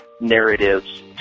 narratives